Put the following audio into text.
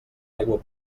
aigua